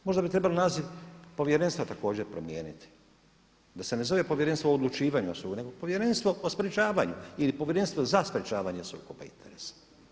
Možda bi trebalo naziv Povjerenstva također promijeniti da se ne zove Povjerenstvo o odlučivanju o sukobu, nego Povjerenstvo o sprječavanju ili Povjerenstvo za sprječavanje sukoba interesa.